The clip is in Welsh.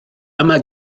yma